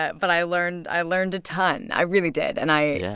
but but i learned i learned a ton, i really did. and i. yeah